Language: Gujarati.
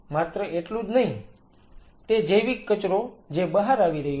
માત્ર એટલું જ નહિ તે જૈવિક કચરો જે બહાર આવી રહ્યો છે